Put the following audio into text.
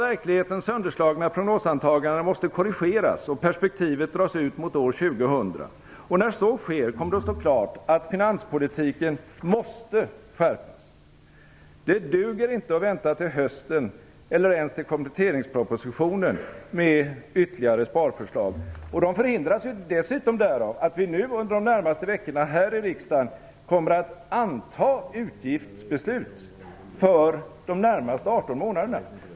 När så sker kommer det att stå klart att finanspolitiken måste skärpas. Det duger inte att vänta till hösten eller ens till kompletteringspropositionen med ytterligare sparförslag.